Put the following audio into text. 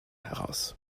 heraus